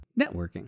networking